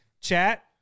chat